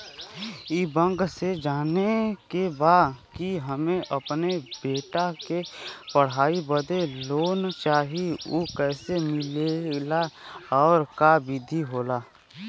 ई बैंक से जाने के बा की हमे अपने बेटा के पढ़ाई बदे लोन चाही ऊ कैसे मिलेला और का विधि होला?